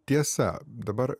tiesa dabar